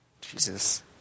Jesus